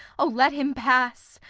o, let him pass!